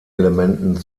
elementen